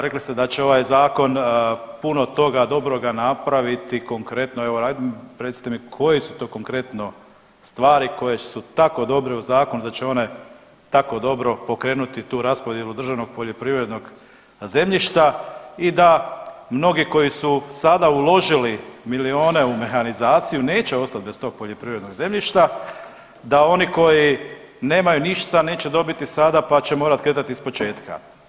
Rekli ste da će ovaj zakon puno toga dobroga napraviti, konkretno evo radim recite mi koje su to konkretno stvari koje su tako dobre u zakonu da će one tako dobro pokrenuti tu raspodjelu državnog poljoprivrednog zemljišta i da mnogi koji su sada uložili milijune u mehanizaciju neće ostat bez tog poljoprivrednog zemljišta, da oni koji nemaju ništa neće dobit ni sada pa će morati kretati iz početka?